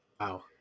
Wow